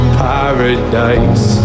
paradise